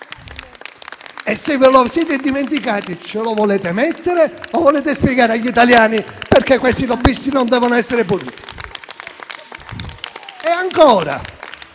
Se ve lo siete dimenticati, ce lo volete mettere o volete spiegare agli italiani perché questi lobbisti non devono essere puniti?